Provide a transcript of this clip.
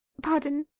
pardon?